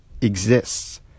exists